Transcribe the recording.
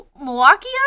Milwaukee